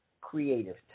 creative